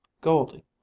Goldie